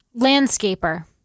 Landscaper